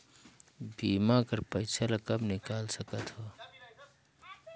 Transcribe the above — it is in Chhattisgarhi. बीमा कर पइसा ला कब निकाल सकत हो?